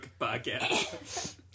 podcast